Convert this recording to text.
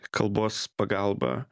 kalbos pagalba